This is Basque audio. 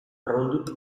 roundup